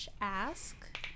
ask